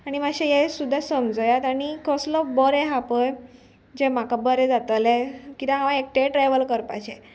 आनी मातशें हें सुद्दां समजयात आनी कसलो बरें आहा पळय जें म्हाका बरें जातलें कित्याक हांव एकटेंय ट्रेवल करपाचें